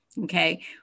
okay